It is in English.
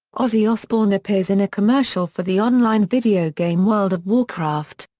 ozzy osbourne appears in a commercial for the online video game world of warcraft.